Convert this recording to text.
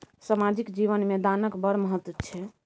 सामाजिक जीवन मे दानक बड़ महत्व छै